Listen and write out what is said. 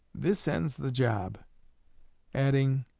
this ends the job adding,